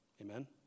Amen